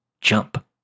Jump